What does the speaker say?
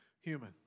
human